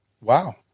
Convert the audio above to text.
Wow